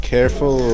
Careful